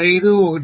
5 1